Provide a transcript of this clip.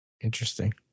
Interesting